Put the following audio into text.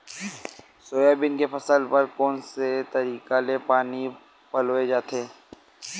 Soybean के फसल बर कोन से तरीका ले पानी पलोय जाथे?